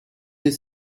des